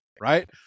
right